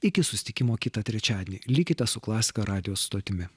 iki susitikimo kitą trečiadienį likite su klasika radijo stotimi